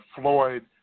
Floyd